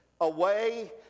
Away